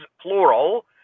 plural